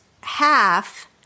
half